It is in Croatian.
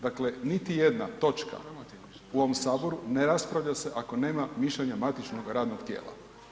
Dakle niti jedna točka u ovom Saboru ne raspravlja se ako nema mišljenja matičnog radnog tijela.